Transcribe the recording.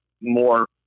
more